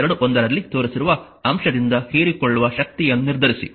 21 ರಲ್ಲಿ ತೋರಿಸಿರುವ ಅಂಶದಿಂದ ಹೀರಿಕೊಳ್ಳುವ ಶಕ್ತಿಯನ್ನು ನಿರ್ಧರಿಸಿ